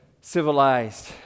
civilized